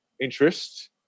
interest